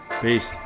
Peace